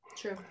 True